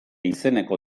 izeneko